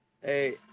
Hey